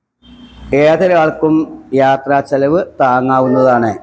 ഏതൊരാൾക്കും യാത്രാ ചിലവ് താങ്ങാവുന്നതാണ്